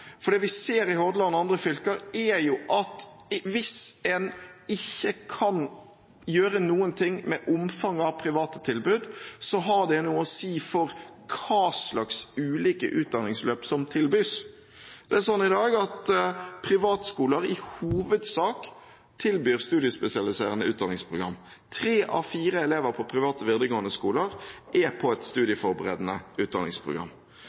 her. Det vi ser i Hordaland og i andre fylker, er jo at hvis en ikke kan gjøre noe med omfanget av private tilbud, har det noe å si for hva slags ulike utdanningsløp som tilbys. Det er sånn i dag at privatskoler i hovedsak tilbyr studiespesialiserende utdanningsprogram. Tre av fire elever på private videregående skoler er på et studieforberedende utdanningsprogram.